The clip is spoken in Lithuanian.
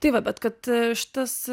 tai va bet kad šitas